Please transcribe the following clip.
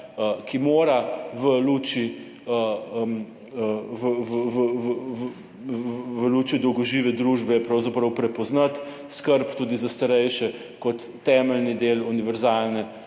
v luči v luči dolgožive družbe pravzaprav prepoznati skrb tudi za starejše kot temeljni del univerzalne,